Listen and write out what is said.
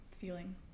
feeling